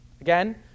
Again